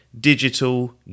Digital